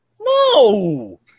No